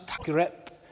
grip